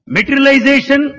Materialization